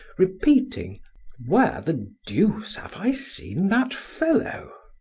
repeating where the deuce have i seen that fellow?